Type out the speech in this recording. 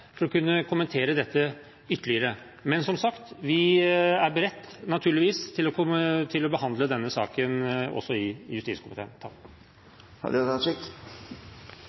for å kunne kommentere dette ytterligere. Men som sagt, vi er naturligvis beredt til å behandle denne saken også i justiskomiteen.